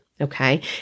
okay